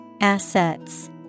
Assets